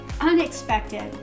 unexpected